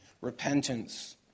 repentance